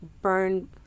burn